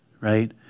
right